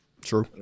True